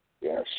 Yes